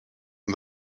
and